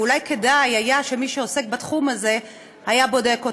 ואולי כדאי היה שמי שעוסק בתחום הזה היה בודק אותם,